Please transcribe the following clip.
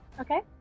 okay